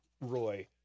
Roy